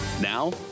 Now